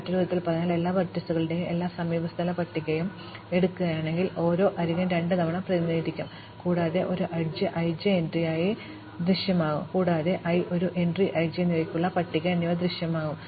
മറ്റൊരു വിധത്തിൽ പറഞ്ഞാൽ എല്ലാ വെർട്ടീസുകളുടെയും എല്ലാ സമീപസ്ഥല പട്ടികയും ഞാൻ എടുക്കുകയാണെങ്കിൽ ഓരോ അരികും രണ്ടുതവണ പ്രതിനിധീകരിക്കും കൂടാതെ ഒരു എഡ്ജ് i j ഒരു എൻട്രി ജെ ആയി ദൃശ്യമാകും കൂടാതെ i ഒരു എൻട്രി i j എന്നിവയ്ക്കുള്ള പട്ടിക എന്നിവ ദൃശ്യമാകും